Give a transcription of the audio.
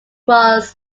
was